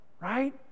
right